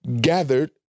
gathered